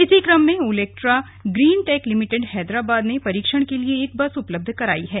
इसी क्रम में ओलेक्ट्रा ग्रीनटैक लिमिटेड हैदराबाद ने परीक्षण के लिए एक बस उपलब्ध कराई है